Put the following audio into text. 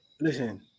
Listen